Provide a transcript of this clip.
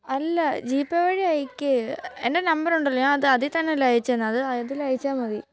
അല്ല G Pay വഴി അയക്ക് എന്റെ നമ്പരുണ്ടല്ലോ ഞാന് അതില് തന്നെയല്ലേ അയച്ചു തന്നത് അത് അതില് അയച്ചാല് മതി